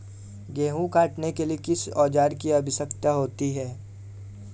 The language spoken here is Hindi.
गेहूँ काटने के लिए किस औजार की आवश्यकता होती है?